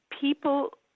People